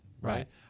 Right